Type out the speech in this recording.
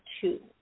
two